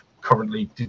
currently